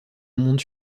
monde